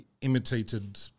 imitated